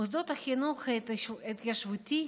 מוסדות החינוך ההתיישבותי,